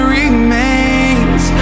remains